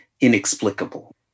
inexplicable